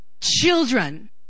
Children